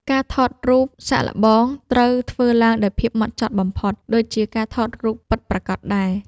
ការថតរូបសាកល្បងត្រូវធ្វើឡើងដោយភាពហ្មត់ចត់បំផុត ដូចជាការថតរូបពិតប្រាកដដែរ។